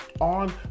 on